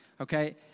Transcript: okay